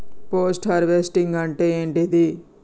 Post harvesting అంటే ఏంటిది?